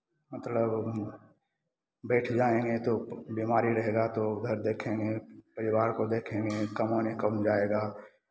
मतलब बैठ जाएँगे तो बीमारी रहेगा तो घर देखेंगे परिवार को देखेंगे कमाने कौन जाएगा